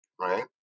right